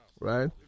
Right